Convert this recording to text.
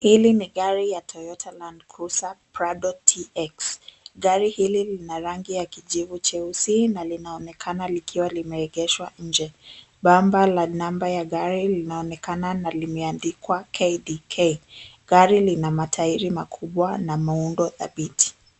Hili ni gari la Toyota Landcruser Prado TX. Gari hili lina rangi ya kijivu cheusi, na linaonekana likiwa limeegshwa nje. Bamba la namba la gari linaonekana na limeandikwa KDK. Gari lina matairi makubwa na muundo dhabiti.